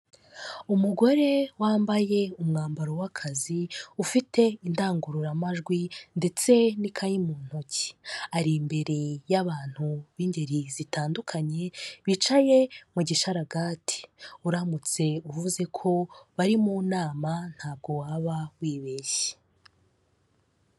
Umugore wambaye umwambaro w'akazi ufite indangururamajwi ndetse n'ikayi mu ntok, ari imbere y'abantu b'ingeri zitandukanye bicaye mu gishararagati. Uramutse uvuze ko bari mu nama ntabwo waba wibeshye.